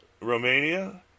Romania